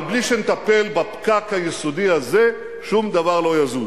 אבל בלי שנטפל בפקק היסודי הזה, שום דבר לא יזוז.